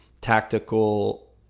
tactical